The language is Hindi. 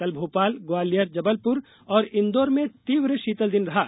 कल भोपाल ग्वालियर जबलपुर और इंदौर में तीव्र शीतल दिन रहा